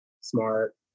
smart